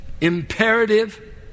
imperative